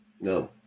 No